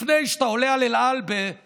לפני שאתה עולה על אל על בטורונטו,